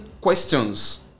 questions